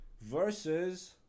versus